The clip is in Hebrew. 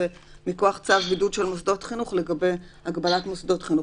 ומכוח צו בידוד של מוסדות חינוך לגבי הגבלת מוסדות חינוך.